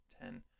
ten